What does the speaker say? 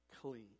clean